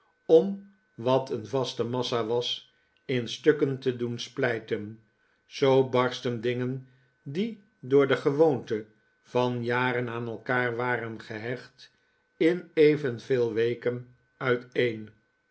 om wat een vaste massa was in stukken te doen splijten zoo barsten dingen die door de gewoonte van jaren aan elkaar waren gehecht in evenveel weken uiteen